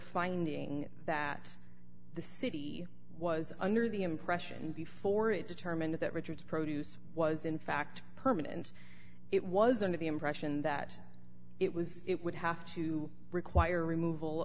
finding that the city was under the impression before it determined that richard's produce was in fact permanent it was under the impression that it was it would have to require removal